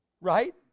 right